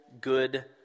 good